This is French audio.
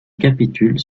capitules